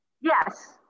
Yes